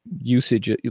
usage